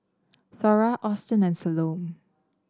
Thora Austin and Salome